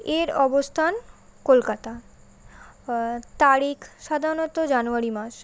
এর অবস্থান কলকাতা তারিখ সাধারণত জানুয়ারি মাস